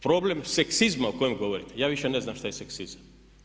Problem seksizma o kojem govorite, ja više ne znam šta je seksizam.